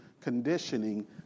conditioning